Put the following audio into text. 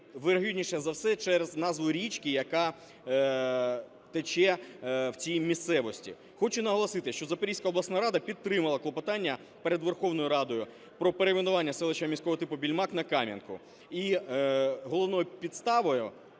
вірогідніше за все через назву річки, яка тече в цій місцевості. Хочу наголосити, що Запорізька обласна рада підтримала клопотання перед Верховною Радою про перейменування селища міського типу Більмак на Кам'янку.